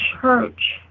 church